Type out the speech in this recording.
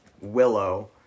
Willow